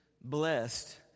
blessed